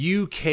UK